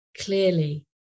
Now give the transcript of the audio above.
clearly